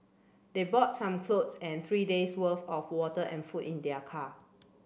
they bought some clothes and three days worth of water and food in their car